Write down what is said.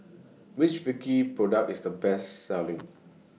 Which Vichy Product IS The Best Selling